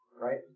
Right